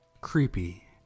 creepy